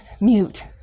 mute